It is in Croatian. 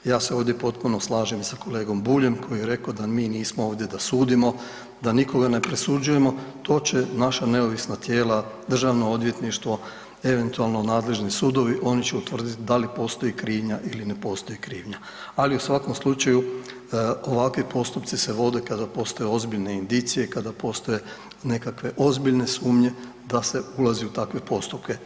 Ja se ovdje potpuno slažem i sa kolegom Buljem koji je rekao da mi nismo ovdje da sudimo, da nikoga ne presuđujemo, to će naša neovisna tijela Državno odvjetništvo eventualno nadležni sudovi oni će utvrditi da li postoji krivnja ili ne postoji krivnja, ali u svakom slučaju ovakvi postupci se vode kada postoje ozbiljne indicije i kada postoje nekakve ozbiljne sumnje da se ulazi u takve postupke.